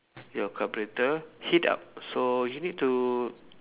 your carburettor heat up so you need to